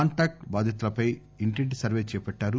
contact బాధితులపై ఇంటింటి survey చేపట్టారు